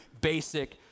basic